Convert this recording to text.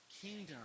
kingdom